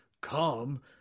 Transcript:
come